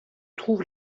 trouve